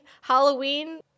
Halloween